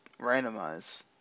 randomize